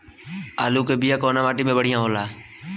आलू के बिया कवना माटी मे बढ़ियां होला?